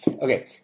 Okay